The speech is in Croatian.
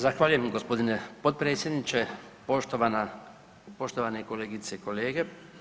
Zahvaljujem gospodine potpredsjedniče, poštovane kolegice i kolege.